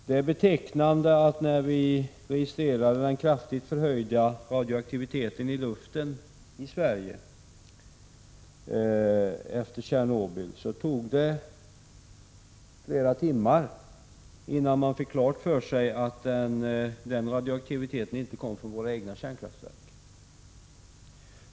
Det är betecknande att när vi i Sverige registrerade den kraftigt förhöjda radioaktiviteten i luften efter Tjernobylolyckan tog det flera timmar innan man fick klart för sig att radioaktiviteten inte kom från våra egna kraftverk.